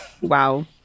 Wow